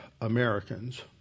Americans